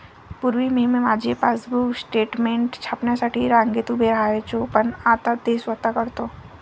पूर्वी मी माझे पासबुक स्टेटमेंट छापण्यासाठी रांगेत उभे राहायचो पण आता ते स्वतः करतो